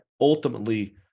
ultimately